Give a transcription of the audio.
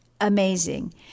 amazing